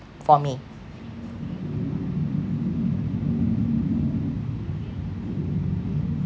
for me